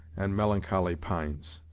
and melancholy pines.